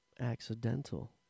Accidental